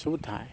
ସବୁ ଥାଏ